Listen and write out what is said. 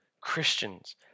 Christians